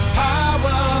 power